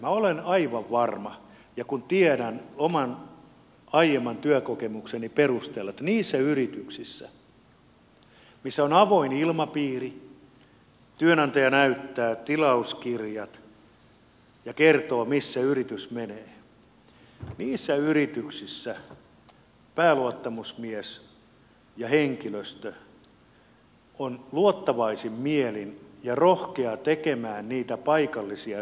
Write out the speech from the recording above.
olen aivan varma ja tiedän oman aiemman työkokemukseni perusteella että niissä yrityksissä missä on avoin ilmapiiri työnantaja näyttää tilauskirjat ja kertoo missä yritys menee pääluottamusmies ja henkilöstö ovat luottavaisin mielin ja rohkeita tekemään niitä paikallisia sopimuksia